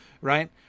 right